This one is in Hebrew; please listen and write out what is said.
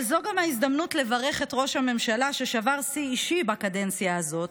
אבל זו גם ההזדמנות לברך את ראש הממשלה ששבר שיא אישי בקדנציה הזאת,